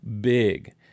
big